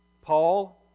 Paul